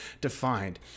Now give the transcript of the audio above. Defined